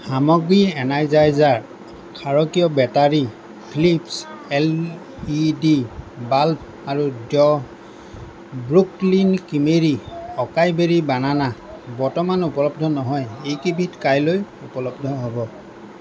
সামগ্ৰী এনাৰজাইজাৰ ক্ষাৰকীয় battery Philips L E D bulb আৰু the Brooklyn creamery acai berry banana বৰ্তমান উপলব্ধ নহয় এইকেইবিধ কাইলৈ উপলব্ধ হ'ব